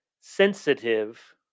sensitive